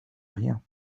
rien